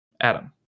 Adam